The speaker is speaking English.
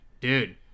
Dude